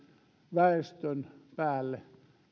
väestön päälle